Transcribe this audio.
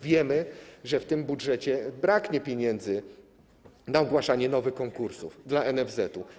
Wiemy, że w tym budżecie braknie pieniędzy na ogłaszanie nowych konkursów dla NFZ-etu.